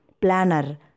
planner